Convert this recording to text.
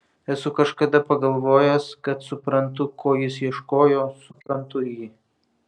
esu kažkada pagalvojęs kad suprantu ko jis ieškojo suprantu jį